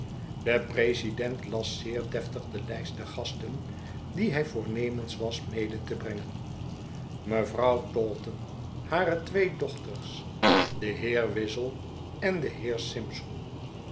de president las zeer deftig de hjst der gasten die hij voornemens was mede te brengen mevrouw taunton hare twee dochters de heer wizzle en de heer simson